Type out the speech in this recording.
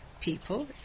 people